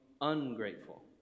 ungrateful